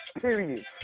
period